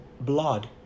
blood